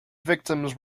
victims